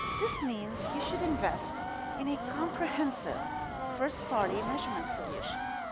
this means you should invest in a comprehensive first-party measurement solution,